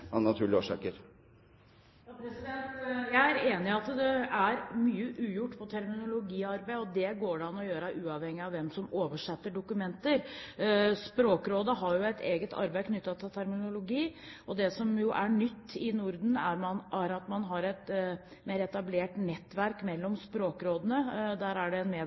årsaker. Jeg er enig i at det er mye ugjort når det gjelder terminologiarbeid, og det går det an å gjøre uavhengig av hvem som oversetter dokumenter. Språkrådet har jo et eget arbeid knyttet til terminologi, og det som er nytt i Norden, er at man har et mer etablert nettverk mellom språkrådene. Der kommer det en